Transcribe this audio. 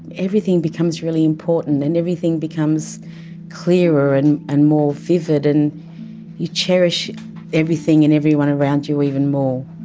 everything becomes really important, and everything becomes clearer and and more vivid, and you cherish everything and everyone around you even more.